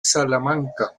salamanca